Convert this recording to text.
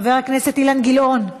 חבר הכנסת אילן גילאון.